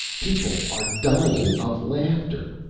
people are dying of laughter.